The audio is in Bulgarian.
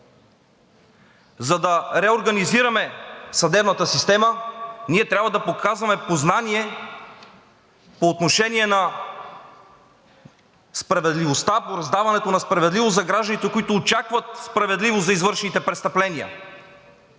За да реорганизираме съдебната система, трябва да показваме познание по отношение на справедливостта, по раздаването на справедливост за гражданите, които очакват справедливост за извършените престъпления.